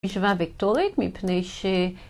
משוואה וקטורית מפני ש...